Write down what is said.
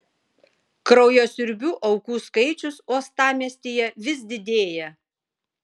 kraujasiurbių aukų skaičius uostamiestyje vis didėja